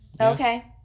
Okay